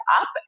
up